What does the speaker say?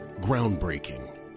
Groundbreaking